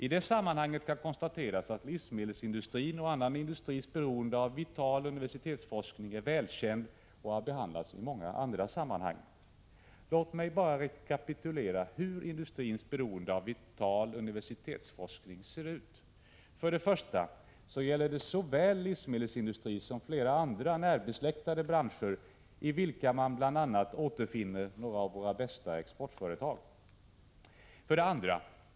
I det sammanhanget kan konstateras att livsmedelsindustrins och annan industris beroende av vital universitetsforskning är välkänd och har behandlats i många andra sammanhang. Låt mig bara rekapitulera hur industrins beroende av vital universitetsforskning ser ut. 1. Det gäller såväl livsmedelsindustri som flera andra närbesläktade branscher, i vilka man återfinner bl.a. några av våra bästa exportföretag. 2.